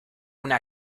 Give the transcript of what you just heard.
una